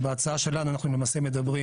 בהצעה שלנו, אנחנו לא נוגעים